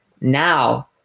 Now